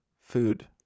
food